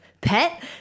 pet